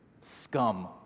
Scum